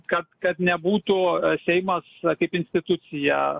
kad kad nebūtų seimas kaip institucija